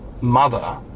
mother